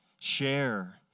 share